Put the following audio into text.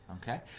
Okay